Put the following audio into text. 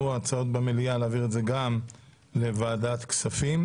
עבירה בדבר זכויותיהם), התשפ"א 2021 (פ/1044/24),